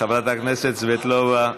חברת הכנסת סבטלובה,